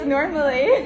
Normally